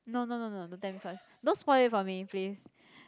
no no no no don't tell me first don't spoil it for me please